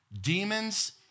demons